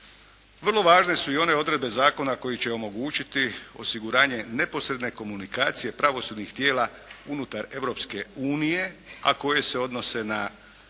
Vrlo važne su i one odredbe zakona koje će omogućiti osiguranje neposredne komunikacije pravosudnih tijela unutar Europske unije, a koje se odnose na